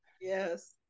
Yes